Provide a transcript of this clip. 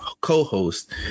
co-host